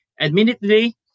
Admittedly